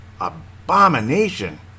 Abomination